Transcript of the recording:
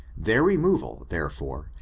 their renu val, therefore,